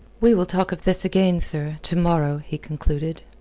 we will talk of this again, sir to-morrow, he concluded.